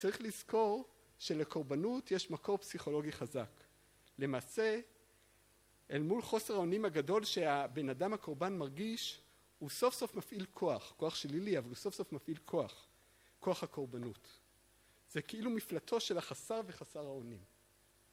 צריך לזכור שלקורבנות יש מקור פסיכולוגי חזק. למעשה אל מול חוסר האונים הגדול שהבן אדם הקורבן מרגיש הוא סוף סוף מפעיל כוח, כוח שלילי אבל הוא סוף סוף מפעיל כוח, כוח הקורבנות. זה כאילו מפלטו של החסר וחסר האונים